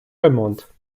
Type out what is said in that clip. ремонт